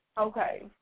Okay